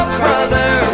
brother